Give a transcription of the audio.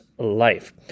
life